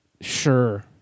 sure